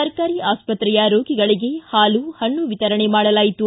ಸರ್ಕಾರಿ ಆಸ್ಪತ್ರೆಯ ರೋಗಿಗಳಿಗೆ ಪಾಲು ಪಣ್ಣು ವಿತರಣೆ ಮಾಡಲಾಯಿತು